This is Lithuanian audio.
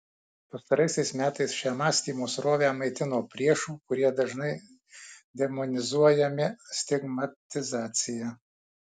pastaraisiais metais šią mąstymo srovę maitino priešų kurie dažnai demonizuojami stigmatizacija